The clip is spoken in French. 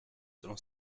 selon